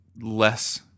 less